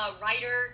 writer